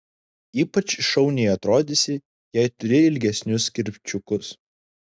ypač šauniai atrodysi jei turi ilgesnius kirpčiukus